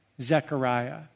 Zechariah